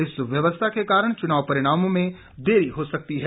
इस व्यवस्था के कारण चुनाव परिणामों में देरी हो सकती है